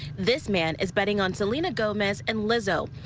this man is betting on salina gomez and lizzo.